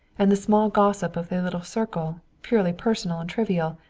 and the small gossip of their little circle, purely personal and trivial,